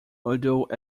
although